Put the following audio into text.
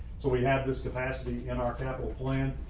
so we have this capacity in our capital plan.